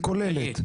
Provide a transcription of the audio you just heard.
היא כוללת.